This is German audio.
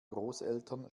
großeltern